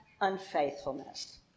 unfaithfulness